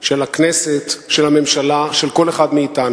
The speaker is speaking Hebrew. של הכנסת, של הממשלה, של כל אחד מאתנו.